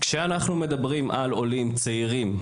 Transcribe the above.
כשאנחנו מדברים על עולים צעירים,